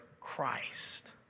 Christ